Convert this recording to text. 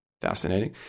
fascinating